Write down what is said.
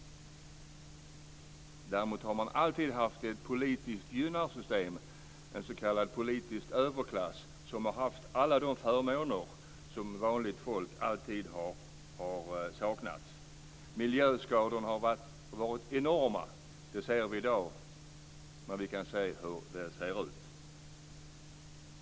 Däremot har man alltid haft ett politiskt gynnarsystem, en s.k. politisk överklass som har haft alla de förmåner som vanligt folk alltid har saknat. Miljöskadorna har varit enorma. Det ser vi i dag, när vi kan se hur det ser ut.